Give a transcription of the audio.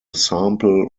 sample